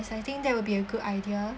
I think that will be a good idea